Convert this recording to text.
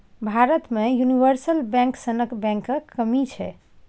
भारत मे universal bank सनक बैंकक कमी छै